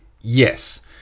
yes